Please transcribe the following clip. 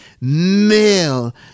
male